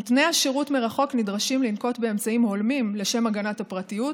נותני השירות מרחוק נדרשים לנקוט אמצעים הולמים לשם הגנת הפרטיות,